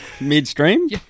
Midstream